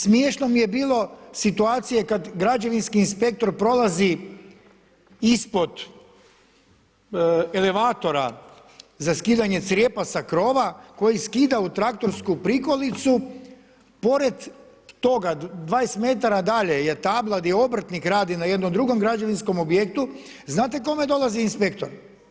Smiješno mi je bilo situacija kad građevinski inspektor prolazi ispod elevatora za skidanje crijepa sa krova koji skida traktorsku prikolicu, pored toga, 20 m dalje je tabla gdje obrtnik radi na jednom drugom građevinskom objektu, znate kome dolazi inspektor?